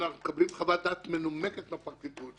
אנחנו מקבלים חוות דעת מנומקת מהפרקליטות,